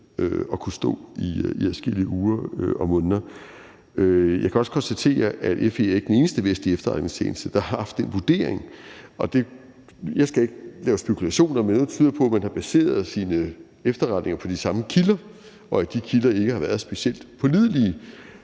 og kunne stå i adskillige uger og måneder. Jeg kan også konstatere, at FE ikke er den eneste vestlige efterretningstjeneste, der har haft den vurdering, og jeg skal ikke lave spekulationer, men noget tyder på, at man har baseret sine efterretninger på de samme kilder, og at de kilder ikke har været specielt pålidelige